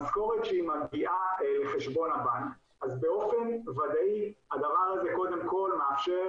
המשכורת שמגיעה לחשבון הבנק אז באופן ודאי הדבר הזה קודם כל מאפשר